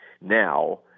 now